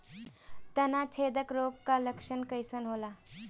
तना छेदक रोग का लक्षण कइसन होला?